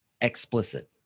explicit